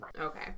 Okay